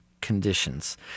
conditions